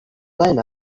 line